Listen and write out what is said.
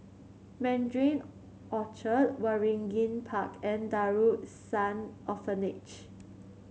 Mandarin Orchard Waringin Park and Darul Ihsan Orphanage